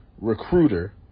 Recruiter